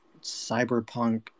cyberpunk